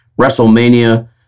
WrestleMania